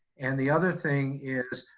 and the other thing is,